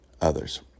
others